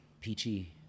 peachy